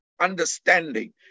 understanding